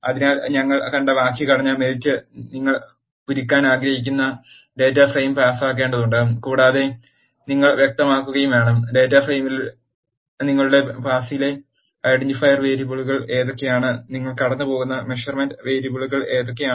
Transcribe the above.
അതിനാൽ ഞങ്ങൾ കണ്ട വാക്യഘടന മെൽറ്റ് നിങ്ങൾ ഉരുകാൻ ആഗ്രഹിക്കുന്ന ഡാറ്റ ഫ്രെയിം പാസ്സാക്കേണ്ടതുണ്ട് കൂടാതെ നിങ്ങൾ വ്യക്തമാക്കുകയും വേണം ഡാറ്റ ഫ്രെയിമിലെ നിങ്ങളുടെ പാസ്സിലെ ഐഡന്റിഫയർ വേരിയബിളുകൾ ഏതൊക്കെയാണ് നിങ്ങൾ കടന്നുപോകുന്ന മെഷർമെന്റ് വേരിയബിളുകൾ ഏതൊക്കെയാണ്